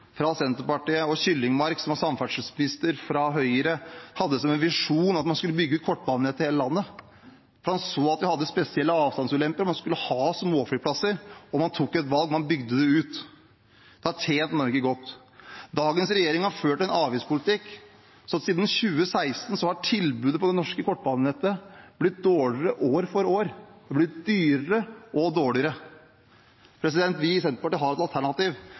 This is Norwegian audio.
fra Senterpartiet og Håkon Kyllingmark, som var samferdselsminister fra Høyre, hadde som en visjon at man skulle bygge ut kortbanenett i hele landet. Man så at vi hadde spesielle avstandsulemper, man skulle ha småflyplasser, og man tok et valg: Man bygde det ut. Det har tjent Norge godt. På grunn av avgiftspolitikken som dagens regjering har ført siden 2016, har tilbudet på det norske kortbanenettet blitt dårligere år for år – dyrere og dårligere. Vi i Senterpartiet har et alternativ,